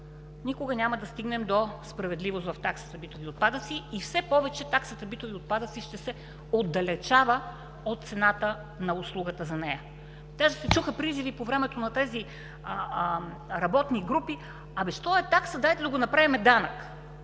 никога няма да стигнем до справедливост в таксата битови отпадъци и все повече таксата битови отпадъци ще се отдалечава от цената на услугата за нея. Даже се чуха призиви по времето на тези работни групи: „А, бе що е такса? Дайте да го направим данък,